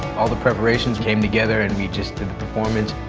all the preparations came together and we just did the performance.